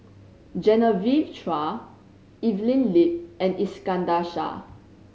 Genevieve Chua Evelyn Lip and Iskandar Shah